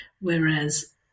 Whereas